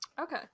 Okay